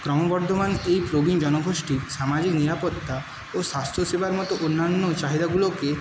ক্রমবর্ধমান এই প্রবীণ জনগোষ্ঠীর সামাজিক নিরাপত্তা ও স্বাস্থ্যসেবার মতো অন্যান্য চাহিদাগুলোকে